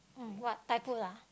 um what Thai food ah